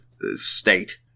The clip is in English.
state